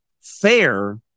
Fair